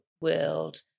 world